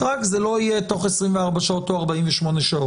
רק זה לא יהיה תוך 24 שעות או 48 שעות.